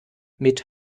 mit